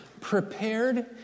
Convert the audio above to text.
prepared